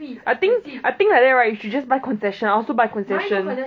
I think I think like that right you should just buy concession I also buy concession